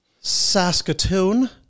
Saskatoon